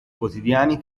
quotidiani